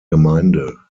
gemeinde